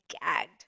gagged